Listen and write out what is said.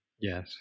Yes